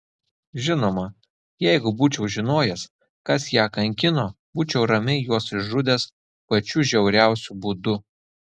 žinoma jeigu būčiau žinojęs kas ją kankino būčiau ramiai juos išžudęs pačiu žiauriausiu būdu